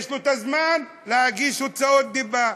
יש לו הזמן להגיש תביעות על הוצאת דיבה.